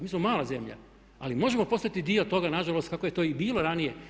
Mi smo mala zemlja, ali možemo postati dio toga na žalost kako je to i bilo ranije.